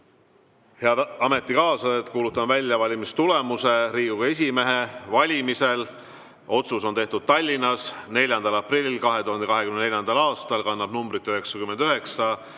Head ametikaaslased, kuulutan välja valimistulemused Riigikogu esimehe valimisel. Otsus on tehtud Tallinnas, 4. aprillil 2024. aastal ja kannab numbrit 99.